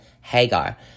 Hagar